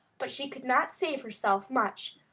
but she could not save herself much,